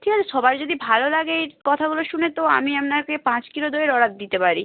ঠিক আছে সবারই যদি ভালো লাগে এই কথাগুলো শুনে তো আমি আপনাকে পাঁচ কিলো দইয়ের অর্ডার দিতে পারি